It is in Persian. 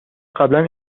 قبلا